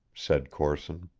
said corson.